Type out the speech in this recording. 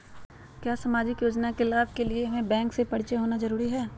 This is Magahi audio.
क्या सामाजिक योजना के लाभ के लिए हमें बैंक से परिचय होना जरूरी है?